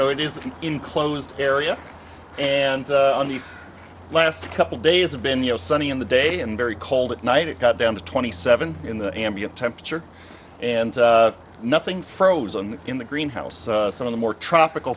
know it is an enclosed area and on these last couple days have been you know sunny in the day and very cold at night it got down to twenty seven in the ambient temperature and nothing frozen in the greenhouse some of the more tropical